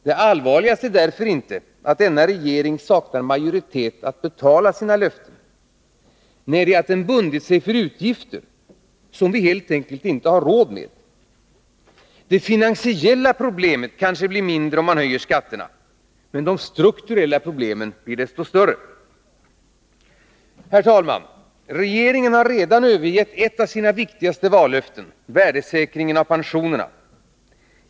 Det allvarligaste är därför inte att denna regering saknar majoritet för sina förslag till hur den skall betala löftena. Nej, det är att den har bundit sig för utgifter som vi helt enkelt inte har råd med. De finansiella problemen kanske blir mindre om man höjer skatterna, men de strukturella problemen blir desto större. Herr talman! Regeringen har redan övergett ett av sina viktigaste vallöften — värdesäkring av pensionerna.